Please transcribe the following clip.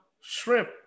shrimp